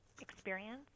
experience